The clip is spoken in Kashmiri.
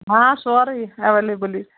ہاں سورُے ایویلیبٕل